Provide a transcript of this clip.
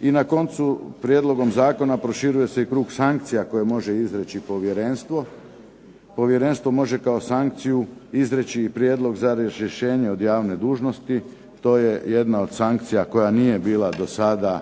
I na koncu prijedlogom zakona proširuje se i krug sankcija koje može izreći povjerenstvo. Povjerenstvo može kao sankciju izreći i prijedlog za razrješenje od javne dužnosti. To je jena od sankcija koja nije bila do sada